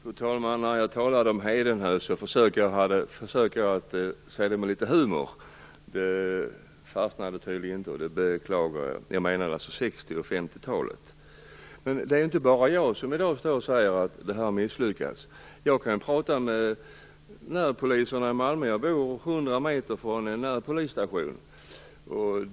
Fru talman! När jag talade om hedenhös försökte jag säga det med litet humor. Det fastnade tydligen inte, vilket jag beklagar. Vad jag menade var alltså Det är inte bara jag som i dag säger att detta har misslyckats. Jag kan t.ex. prata med närpoliserna i Malmö, eftersom jag bor 100 meter från en närpolisstation.